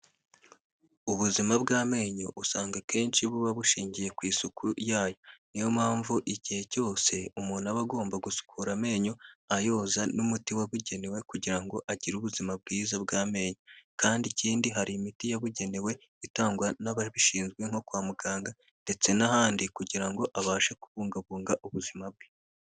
Ubuzima bw'amenyo usanga akenshi buba bushingiye ku isuku yayo. Niyo mpamvu igihe cyose, umuntu aba agomba gusukura amenyo ayoza n'umuti wabugenewe kugira ngo agire ubuzima bwiza bw'amenyo kandi ikindi hari imiti yabugenewe itangwa n'ababishinzwe nko kwa muganga ndetse n'ahandi kugira ngo abashe kubungabunga ubuzima bwe.